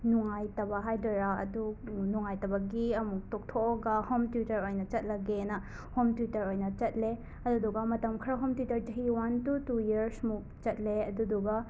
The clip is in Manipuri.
ꯅꯨꯡꯉꯥꯏꯇꯕ ꯍꯥꯏꯗꯣꯏꯔꯥ ꯑꯗꯨ ꯅꯨꯡꯉꯥꯏꯇꯕꯒꯤ ꯑꯃꯨꯛ ꯇꯣꯛꯊꯣꯛꯑꯒ ꯍꯣꯝ ꯇ꯭ꯌꯨꯇꯔ ꯑꯣꯏꯅ ꯆꯠꯂꯒꯦꯅ ꯍꯣꯝ ꯇ꯭ꯌꯨꯇꯔ ꯑꯣꯏꯅ ꯆꯠꯂꯦ ꯑꯗꯨꯗꯨꯒ ꯃꯇꯝ ꯈꯔ ꯍꯣꯝ ꯇ꯭ꯌꯨꯇꯔ ꯆꯍꯤ ꯋꯥꯟ ꯇꯨ ꯇꯨ ꯌꯔꯁ ꯃꯨꯛ ꯆꯠꯂꯦ ꯑꯗꯨꯗꯨꯒ